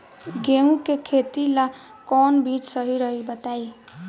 गेहूं के खेती ला कोवन बीज सही रही बताई?